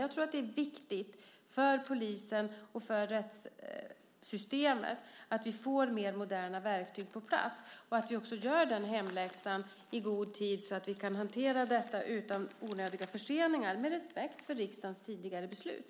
Jag tror att det är viktigt för polisen och för rättssystemet att vi får mer moderna verktyg på plats och att vi också gör den hemläxan i god tid så att vi kan hantera detta utan onödiga förseningar med respekt för riksdagens tidigare beslut.